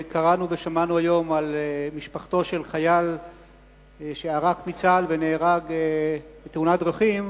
קראנו ושמענו היום על משפחתו של חייל שערק מצה"ל ונהרג בתאונת דרכים,